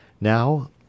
NOW